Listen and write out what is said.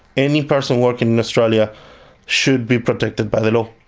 any person working in australia should be protected by the law.